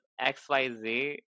xyz